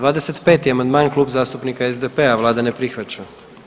25. amandman Klub zastupnika SDP-a, Vlada ne prihvaća.